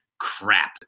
Crap